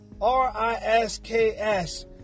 R-I-S-K-S